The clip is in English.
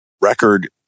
record